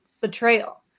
betrayal